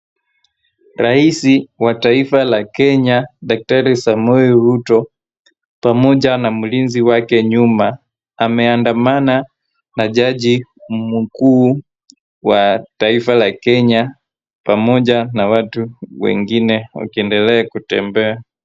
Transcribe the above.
Rais wa taifa la Kenya daktari Samoei Ruto pamoja na mlinzi wake nyuma. Ameandamana na jaji mkuu wa taifa la Kenya pamoja na watu wengine wakiendelea kutembea.